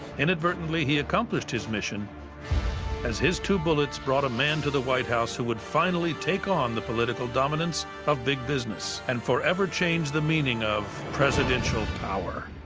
inadvertently, he accomplished his mission as his two bullets brought a man to the white house who would finally take on the political dominance of big business, and forever change the meaning of presidential power.